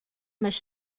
mas